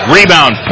Rebound